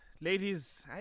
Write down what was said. ladies